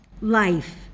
life